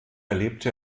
erlebte